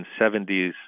1970s